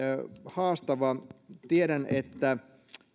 haastava tiedän että